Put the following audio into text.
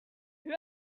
who